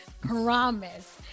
promise